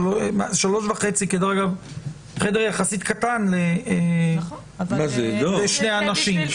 דרך אגב, זה חדר יחסית קטן לשני אנשים.